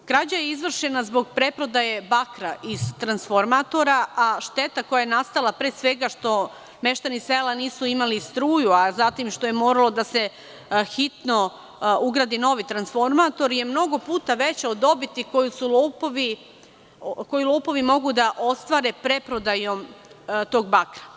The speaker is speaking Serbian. Krađa je izvršena zbog preprodaje bakra iz transformatora, a šteta koja je nastala, pre svega što meštani sela nisu imali struju, a zatim što je moralo da se hitno ugradi novi transformator, je mnogo puta veća od dobiti koju lopovi mogu da ostvare preprodajom tog bakra.